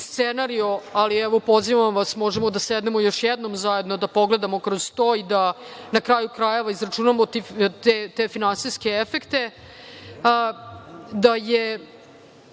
scenarijo, ali pozivam vas, možemo da sednemo još jednom zajedno da pogledamo kroz to i da na kraju, krajeva izračunamo te finansijske efekte. Da